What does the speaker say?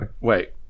Wait